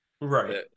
right